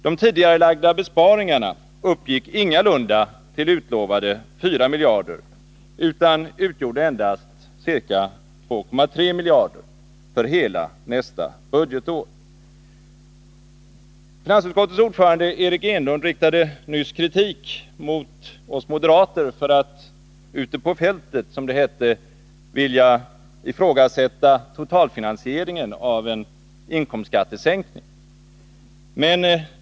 De tidigarelagda besparingarna uppgick ingalunda till utlovade 4 miljarder, utan utgjorde endast ca 2,3 miljarder för hela nästa budgetår. Finansutskottets ordförande Eric Enlund riktade nyss kritik mot oss moderater för att ute på fältet vilja ifrågasätta totalfinansieringen av en inkomstskattesänkning.